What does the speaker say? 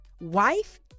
wife